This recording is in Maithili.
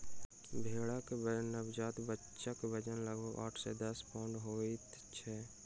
भेंड़क नवजात बच्चाक वजन लगभग आठ सॅ दस पाउण्ड होइत छै